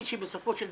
יושב ראש הוועדה